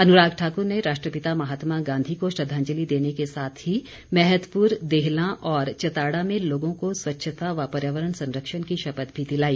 अनुराग ठाकुर ने राष्ट्रपिता महात्मा गांधी को श्रद्वांजलि देने के साथ ही मैहतपुर देहलां और चताड़ा में लोगों को स्वच्छता व पर्यावरण संरक्षण की शपथ भी दिलाई